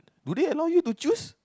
would they allow you to choose